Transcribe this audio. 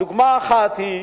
דוגמה אחת: